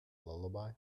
lullaby